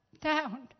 down